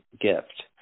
gift